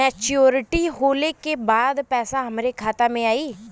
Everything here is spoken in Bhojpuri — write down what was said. मैच्योरिटी होले के बाद पैसा हमरे खाता में आई?